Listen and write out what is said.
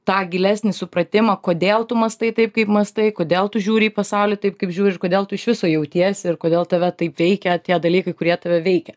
tą gilesnį supratimą kodėl tu mąstai taip kaip mąstai kodėl tu žiūri į pasaulį taip kaip žiūri kodėl tu iš viso jautiesi ir kodėl tave taip veikia tie dalykai kurie tave veikia